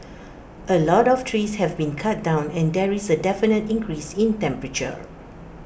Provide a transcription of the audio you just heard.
A lot of trees have been cut down and there is A definite increase in temperature